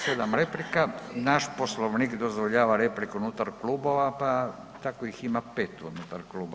7 replika [[Upadica Baričević: 7, dobro.]] naš Poslovnik dozvoljava repliku unutar klubova pa tako ih ima 5 unutar kluba.